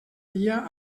dia